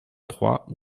trois